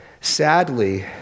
Sadly